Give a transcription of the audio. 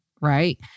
Right